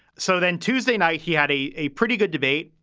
so then tuesday night, he had a a pretty good debate.